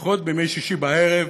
משפחות בימי שישי בערב.